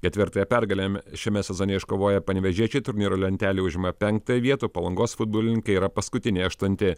ketvirtąją pergalę šiame sezone iškovoję panevėžiečiai turnyro lentelėj užima penktąją vietą palangos futbolininkai yra paskutiniai aštunti